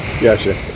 Gotcha